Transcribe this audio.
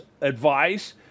advice